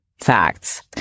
facts